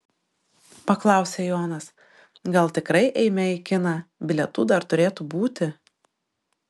paklausė jonas gal tikrai eime į kiną bilietų dar turėtų būti